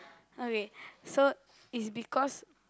okay so it's because